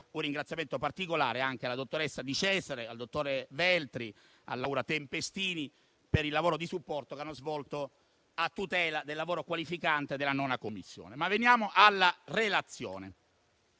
Un ringraziamento particolare va anche alla dottoressa Di Cesare, al dottor Veltri, a Laura Tempestini, per il lavoro di supporto che hanno svolto a tutela del lavoro qualificante della 9a Commissione. Veniamo alla relazione.